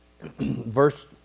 verse